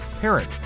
parent